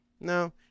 no